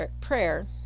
prayer